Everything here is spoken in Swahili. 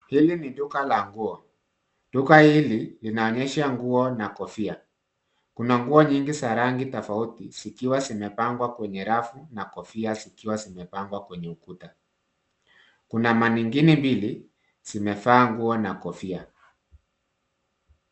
Hili ni duka la nguo. duka hili linaonyesha nguo na kofia, kuna nguo nyingi za rangi tofauti zikiwa zimepangwa kwenye rafu na kofia zikiwa zimepangwa kwenye ukuta, kuna manekine mbili zimevaa nguo na kofia.